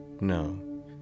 No